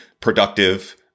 productive